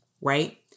right